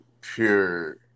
pure